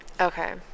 Okay